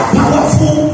powerful